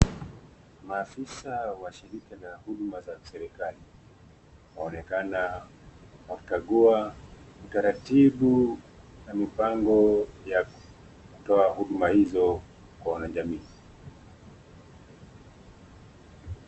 Maafisa wa shirika la huduma la serikali waonekana kukagua utaratibu na mipango ya kutoa huduma hizo kwa wanajamii.